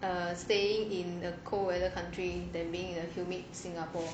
err staying in the cold weather country than being in a humid singapore